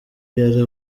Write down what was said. yari